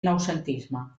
noucentisme